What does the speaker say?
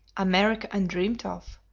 america undreamt of,